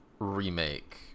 Remake